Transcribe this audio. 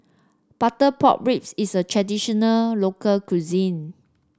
Butter Pork Ribs is a traditional local cuisine